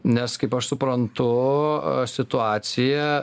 nes kaip aš suprantu situacija